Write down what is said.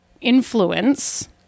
influence